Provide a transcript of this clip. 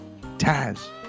Taz